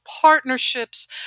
partnerships